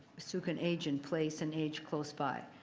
so can age in place and age close by.